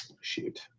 shoot